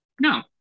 No